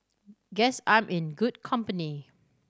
guess I'm in good company